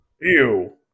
Ew